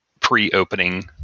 pre-opening